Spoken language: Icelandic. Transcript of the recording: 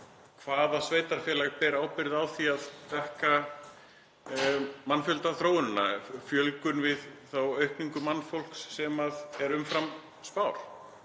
Hvaða sveitarfélag ber ábyrgð á því að dekka mannfjöldaþróunina, fjölgun mannfólks sem er umfram spár?